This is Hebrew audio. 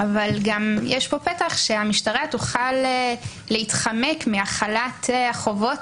אבל גם יש פה פתח שהמשטרה תוכל להתחמק מהחלת החובות